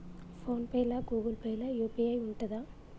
Phone pay లా Google Pay లా UPI ఉంటదా?